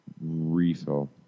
refill